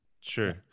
Sure